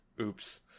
Oops